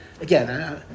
Again